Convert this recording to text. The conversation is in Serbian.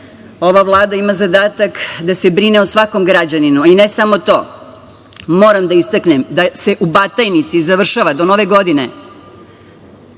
ova Vlada ima zadatak da se brine o svakom građaninu. Ne samo to, moram da istaknem da se u Batajnici završava do Nove godine